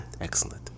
Excellent